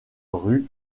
rue